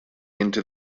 into